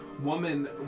woman